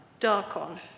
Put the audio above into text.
Darkon